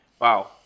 wow